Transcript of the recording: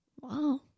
Wow